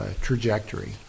trajectory